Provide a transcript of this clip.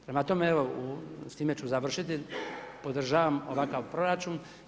Prema tome, evo s time ću završiti, podržavam ovakav proračun.